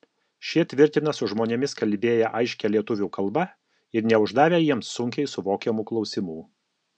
šie tvirtina su žmonėmis kalbėję aiškia lietuvių kalba ir neuždavę jiems sunkiai suvokiamų klausimų